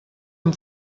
amb